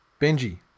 Benji